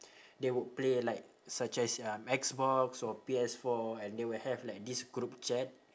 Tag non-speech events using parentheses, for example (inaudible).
(breath) they would play like such as um xbox or P_S four and they would have like this group chat